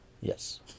yes